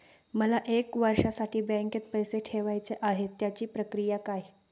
मला एक वर्षासाठी बँकेत पैसे ठेवायचे आहेत त्याची प्रक्रिया काय?